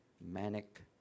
manic